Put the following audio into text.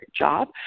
job